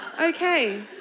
Okay